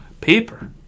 paper